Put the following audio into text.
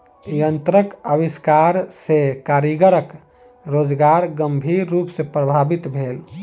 यंत्रक आविष्कार सॅ कारीगरक रोजगार गंभीर रूप सॅ प्रभावित भेल